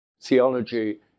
theology